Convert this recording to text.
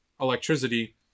electricity